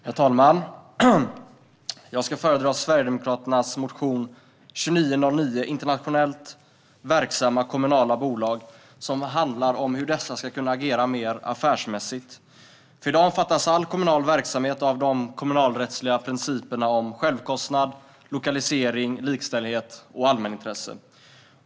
Herr talman! Jag ska föredra Sverigedemokraternas motion 2909 Internationellt verksamma kommunala bolag , som handlar om hur dessa ska kunna agera mer affärsmässigt. I dag omfattas all kommunal verksamhet av de kommunalrättsliga principerna om självkostnad, lokalisering, likställighet och allmänintresse.